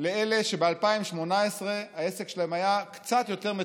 לאלה שב-2018 העסק שלהם היה קצת יותר מצומצם.